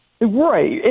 Right